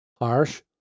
Harsh